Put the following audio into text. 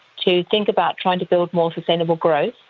to think about trying to build more sustainable growth,